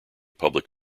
public